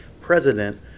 president